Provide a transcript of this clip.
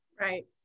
Right